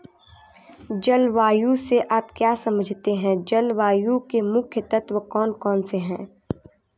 जलवायु से आप क्या समझते हैं जलवायु के मुख्य तत्व कौन कौन से हैं?